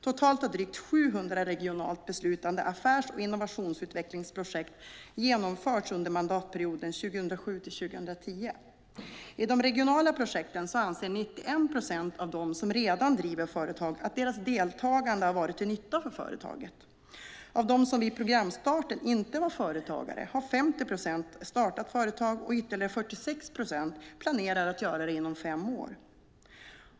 Totalt har drygt 700 regionalt beslutade affärs och innovationsutvecklingsprojekt genomförts under mandatperioden 2007-2010. I de regionala projekten anser 91 procent av dem som redan driver företag att deras deltagande har varit till nytta för företaget. Av dem som vid programstarten inte var företagare har 50 procent startat företag, och ytterligare 46 procent planerar att göra det inom fem år.